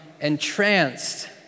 entranced